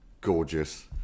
gorgeous